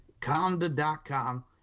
conda.com